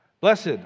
Blessed